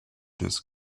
this